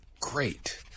great